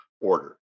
order